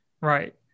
right